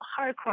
hardcore